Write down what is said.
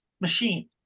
machine